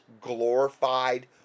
glorified